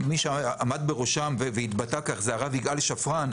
מי שעמד בראשם והתבטא כך זה הרב יגאל שפרן,